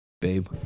babe